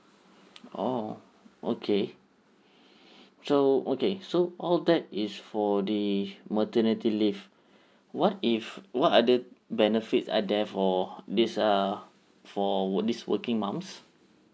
orh okay so okay so all that is for the maternity leave what if what other benefits are there for this err for would these working moms